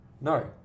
No